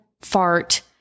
fart